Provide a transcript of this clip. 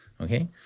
okay